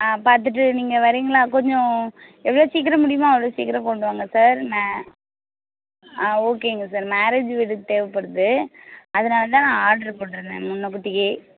ஆ பார்த்துட்டு நீங்கள் வர்றீங்களா கொஞ்சம் எவ்வளோ சீக்கிரம் முடியுமோ அவ்வளோ சீக்கிரம் கொண்டுவாங்க சார் மே ஆ ஓகேங்க சார் மேரேஜ் வீடுக்கு தேவைப்படுது அதனால தான் ஆர்ட்ரு போட்டுருந்தேன் முன்னக்கூட்டியே